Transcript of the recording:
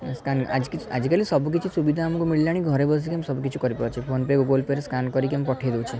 scan ଆଜିକି ଆଜିକାଲି ସବୁ କିଛି ସୁବିଧା ଆମକୁ ମିଳିଲାଣି ଘରେ ବସିକି ଆମେ ସବୁ କିଛି କରିପାରୁଛେ ଫୋନ ପେ ଗୁଗଲ୍ ପେ'ରେ ସ୍କାନ୍ କରିକି ଆମେ ପଠାଇ ଦେଉଛେ